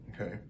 Okay